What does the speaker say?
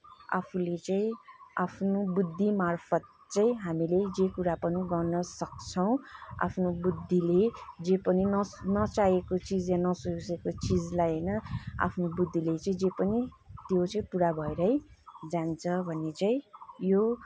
आफूले चाहिँ आफ्नो बुद्धिमार्फत् चाहिँ हामीले जे कुरा पनि गर्नसक्छौँ आफ्नो बुद्धिले जे पनि न नचाहेको चिज या नसोचेको चिजलाई होइन आफ्नो बुद्धिले चाहिँ जे पनि त्यो चाहिँ पुरा भएरै जान्छ भन्ने चाहिँ यो